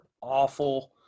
awful